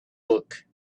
book